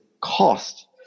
cost